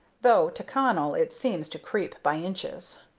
though to connell it seems to creep by inches.